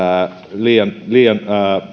liian liian